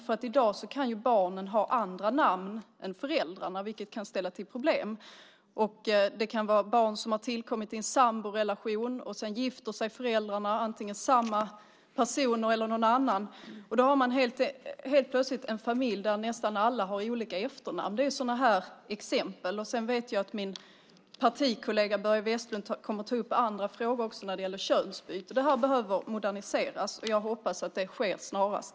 I dag kan barnen ha andra namn än föräldrarna, vilket kan ställa till problem. Det kan vara barn som har tillkommit i en samborelation. Om föräldrarna sedan gifter sig, antingen med den andra föräldern eller med någon annan, har man helt plötsligt en familj där nästan alla har olika efternamn. Det är några exempel. Sedan vet jag att min partikollega Börje Vestlund kommer att ta upp andra frågor när det gäller könsbyte. Det här behöver moderniseras, och jag hoppas att det sker snarast.